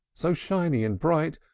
so shiny and bright,